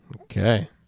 Okay